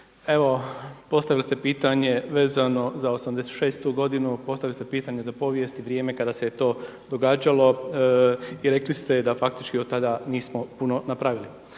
evo, postavili ste pitanje vezano za '86. godinu, postavili ste pitanje za povijest i vrijeme kada se je to događalo i rekli ste da faktički od tada nismo puno napravili.